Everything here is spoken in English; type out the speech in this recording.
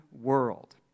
world